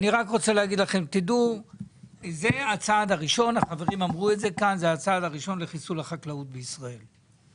תדעו שזה הצעד הראשון לחיסול החקלאות בישראל.